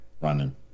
running